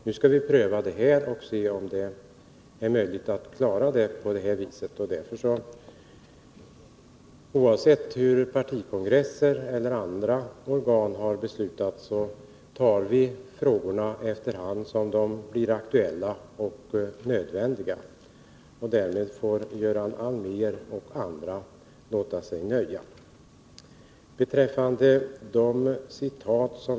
Nu skall vi pröva det här och se om vi på detta sätt kan klara problemen. Oavsett hur partikongresser och andra organ har beslutat tar vi frågorna efter hand och löser dem när det är nödvändigt. Därmed får Göran Allmér och andra låta sig nöja.